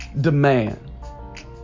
demand